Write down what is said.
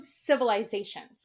civilizations